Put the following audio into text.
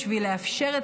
בשביל לאפשר את